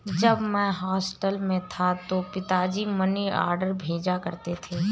जब मैं हॉस्टल में था तो पिताजी मनीऑर्डर भेजा करते थे